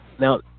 now